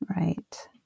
Right